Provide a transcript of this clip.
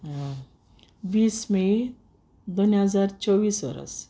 वीस मे दोन हाजार चोव्वीस ओरोस